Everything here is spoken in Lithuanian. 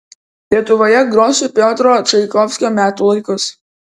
lietuvoje grosiu piotro čaikovskio metų laikus